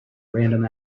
random